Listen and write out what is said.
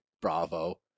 bravo